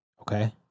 Okay